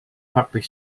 public